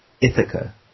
Ithaca